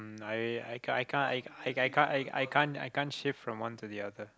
mm I I can't I can't I can't I can't shift from one to the other